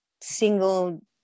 single